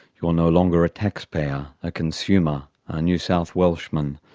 you're no longer a taxpayer, a consumer, a new south welshman.